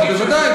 בוודאי,